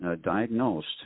diagnosed